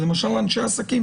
ראינו שכאשר מדובר באנשי עסקים,